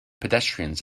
pedestrians